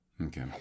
Okay